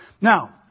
Now